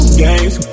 games